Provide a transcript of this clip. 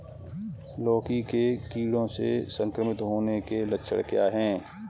लौकी के कीड़ों से संक्रमित होने के लक्षण क्या हैं?